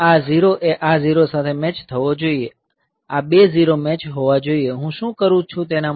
આ 0 એ આ 0 સાથે મેચ થાવો જોઈએ આ બે 0 મેચ હોવા જોઈએ હું શું કરું છું તેના માટે